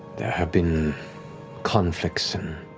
there have been conflicts and